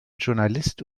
journalist